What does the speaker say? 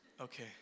Okay